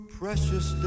precious